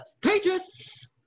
pages